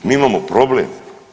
Mi imamo problem.